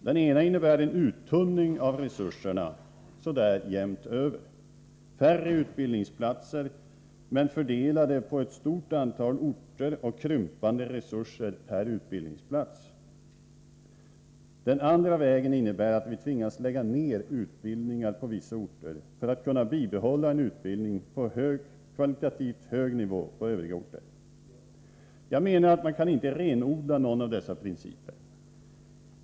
Den ena innebär en uttunning av resurserna så där jämnt över: färre utbildningsplatser, men fördelade på ett stort antal orter, och krympande resurser per utbildningsplats. Den andra vägen innebär att vi tvingas lägga ned utbildningar på vissa orter för att kunna bibehålla en utbildning på kvalitativt hög nivå på andra orter. Jag menar att man inte kan renodla någon av dessa principer.